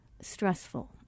stressful